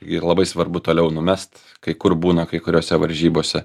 ir labai svarbu toliau numest kai kur būna kai kuriose varžybose